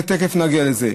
תכף נגיע לזה.